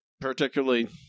particularly